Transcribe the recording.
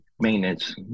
maintenance